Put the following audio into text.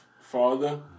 father